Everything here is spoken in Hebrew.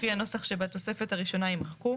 לפי הנוסח שבתוספת הראשונה" יימחקו,